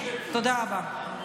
תודה רבה.